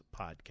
podcast